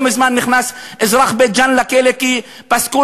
לא מזמן נכנס אזרח בית-ג'ן לכלא כי פסקו